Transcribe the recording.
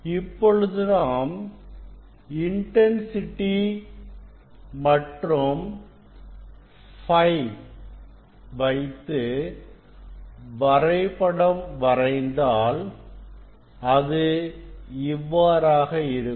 இப்பொழுது நாம் இன்டன்சிட்டி மற்றும் Φ வைத்து வரைபடம் வரைந்தாள் அது இவ்வாறாக இருக்கும்